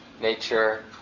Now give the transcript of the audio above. nature